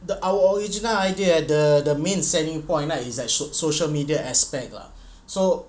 the our original idea the main selling point lah is that so~ social media aspect lah so